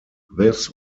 this